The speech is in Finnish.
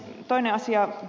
toinen asia